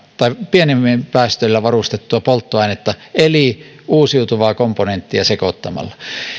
pienemmillä päästöillä varustettua polttoainetta eli uusiutuvaa komponenttia sekoittamalla